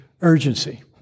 urgency